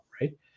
right